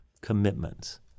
commitments